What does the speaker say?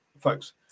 folks